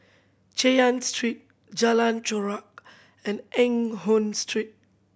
Chay Yan Street Jalan Chorak and Eng Hoon Street